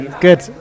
Good